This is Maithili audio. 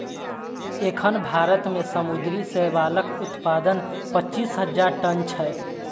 एखन भारत मे समुद्री शैवालक उत्पादन पच्चीस हजार टन छै